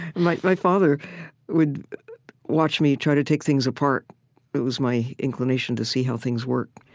my my father would watch me try to take things apart it was my inclination to see how things worked